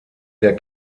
der